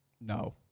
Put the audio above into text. No